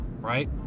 right